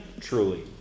truly